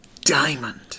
Diamond